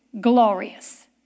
glorious